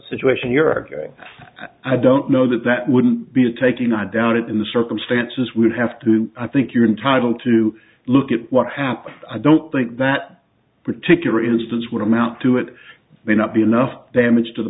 situation you're arguing i don't know that that wouldn't be a taking i doubt it in the circumstances would have to i think you're entitled to look at what happened i don't think that particular instance would amount to it may not be enough damage to the